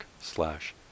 slash